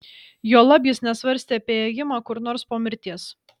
juolab jis nesvarstė apie ėjimą kur nors po mirties